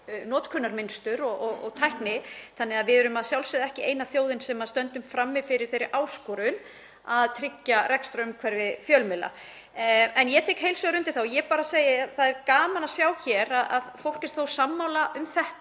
notkunarmynsturs og tækni. Þannig að við erum að sjálfsögðu ekki eina þjóðin sem stöndum frammi fyrir þeirri áskorun að tryggja rekstrarumhverfi fjölmiðla. En ég tek heils hugar undir og ég bara segi að það er gaman að sjá að fólk er þó sammála um þetta.